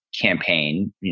campaign